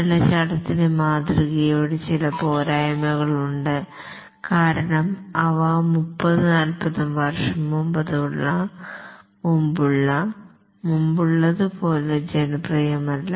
വാട്ടർഫാൾന്റെ മാതൃകയുടെ ചില പോരായ്മകൾ ഉണ്ട് കാരണം അവ 30 40 വർഷം മുമ്പുള്ളതുപോലെ ജനപ്രിയമല്ല